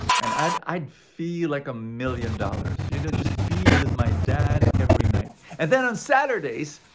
and i'd i'd feel like a million dollars, you know, just being with my dad every night. and then on saturdays,